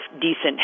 decent